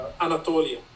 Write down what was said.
Anatolia